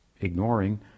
ignoring